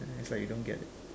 is like you don't get it